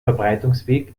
verbreitungsweg